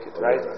right